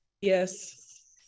Yes